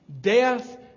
Death